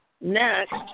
next